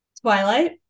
Twilight